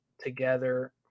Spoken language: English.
together